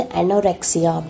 anorexia